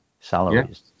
salaries